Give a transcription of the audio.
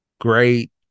great